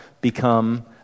become